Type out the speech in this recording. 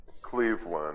Cleveland